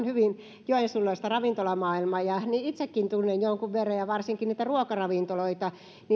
hyvin joensuulaista ravintolamaailmaa ja itsekin tunnen jonkun verran varsinkin niitä ruokaravintoloita